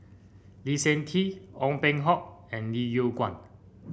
Lee Seng Tee Ong Peng Hock and Lim Yew Kuan